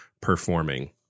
performing